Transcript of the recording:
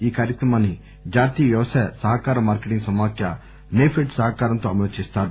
ఈ కార్యక్రమాన్ని జాతీయ వ్యవసాయ సహకార మార్కెటింగ్ సమాఖ్య సెఫెడ్ సహకారంతో అమలు చేస్తారు